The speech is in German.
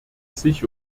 sich